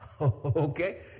Okay